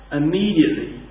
immediately